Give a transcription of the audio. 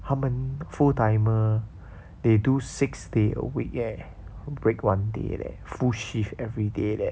他们 full timer they do six days a week eh break one day eh full shift everyday leh